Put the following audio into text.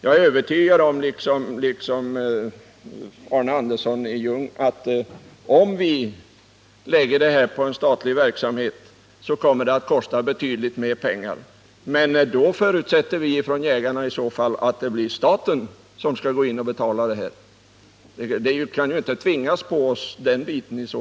Jag är liksom Arne Andersson i Ljung övertygad om att om vi lägger uppgifterna på en statlig verksamhet kommer det att kosta betydligt mer pengar. Men vi jägare förutsätter att det blir staten som skall betala det. Den biten kan ju inte tvingas på oss.